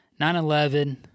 9-11